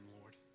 Lord